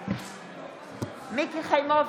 בעד מיקי חיימוביץ'